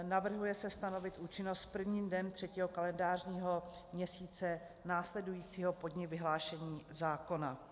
Navrhuje se stanovit účinnost prvním dnem třetího kalendářního měsíce následujícího po dni vyhlášení zákona.